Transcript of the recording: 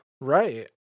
right